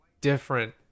different